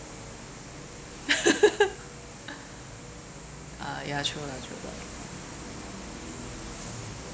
uh ya true lah true lah